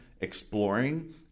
exploring